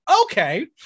okay